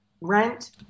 rent